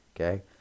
Okay